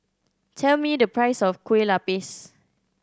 tell me the price of Kueh Lapis